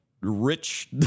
rich